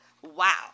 Wow